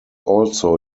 also